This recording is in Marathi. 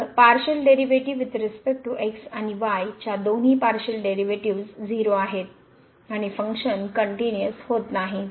तर partial derivative with respect to x आणि y च्या दोन्ही पारशिअल डेरीवेटीव 0 आहेत आणि फंक्शन कनट्युनिअस होत नाही